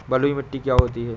बलुइ मिट्टी क्या होती हैं?